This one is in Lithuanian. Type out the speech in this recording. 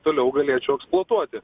toliau galėčiau eksploatuoti